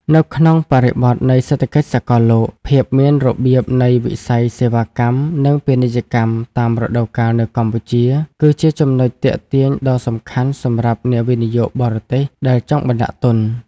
នៅក្នុងបរិបទនៃសេដ្ឋកិច្ចសកលលោក ភាពមានប្រៀបនៃវិស័យសេវាកម្ម និងពាណិជ្ជកម្មតាមរដូវកាលនៅកម្ពុជា គឺជាចំណុចទាក់ទាញដ៏សំខាន់សម្រាប់អ្នកវិនិយោគបរទេសដែលចង់បណ្តាក់ទុន។